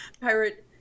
pirate